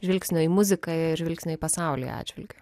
žvilgsnio į muziką ir žvilgsnio į pasaulį atžvilgiu